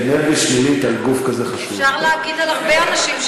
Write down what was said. הם עושים הרבה דברים טובים, ועובדים.